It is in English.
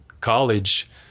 college